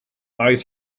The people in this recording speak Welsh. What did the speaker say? aeth